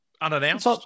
Unannounced